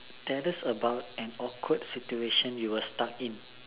tell us about an awkward situation you were stuck in